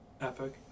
Epic